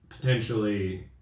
potentially